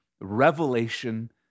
revelation